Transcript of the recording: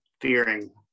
fearing